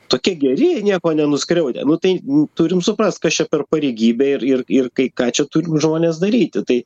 tokie geri nieko nenuskriaudę nu tai turim suprast kas čia per pareigybė ir ir ir kai ką čia turi žmonės daryti tai